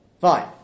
Fine